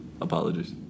Apologies